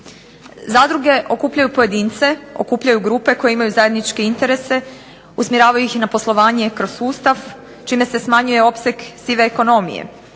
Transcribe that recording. Zadruge okupljaju pojedince, okupljaju grupe koje imaju zajedničke interese, usmjeravaju ih i na poslovanje kroz sustav čime se smanjuje opseg sive ekonomije.